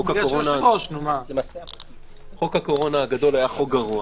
חוק הקורונה הגדול היה חוק גורע.